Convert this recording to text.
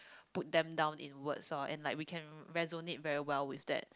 put them down in words lor and we can resonate well with that